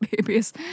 babies